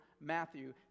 Matthew